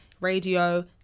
radio